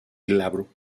glabro